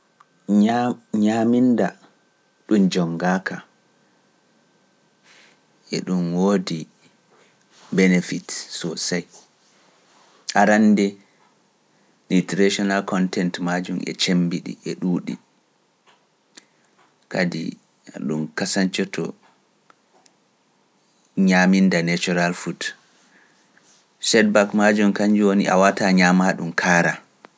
ñaaminda ɗum jongaaka e ɗum woodi Benefit Sosai, arande literacy content majum e cemmbiɗi e ɗuuɗi kadi ɗum kasottoo ñaminda natural food. Seed bakma jom kañum joni awata ñama ɗum kaara.